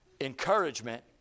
encouragement